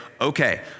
okay